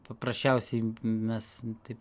paprasčiausiai mes taip